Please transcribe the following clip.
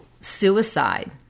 suicide